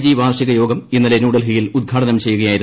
G വാർഷിക യോഗം ഇന്നലെ ന്യൂഡൽഹിയിൽ ഉദ്ഘാടനം ചെയ്യുകയായിരുന്നു